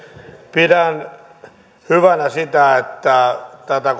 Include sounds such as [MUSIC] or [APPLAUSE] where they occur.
pidän hyvänä sitä että tätä [UNINTELLIGIBLE]